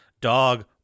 dog